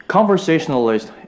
Conversationalist